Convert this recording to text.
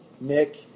Nick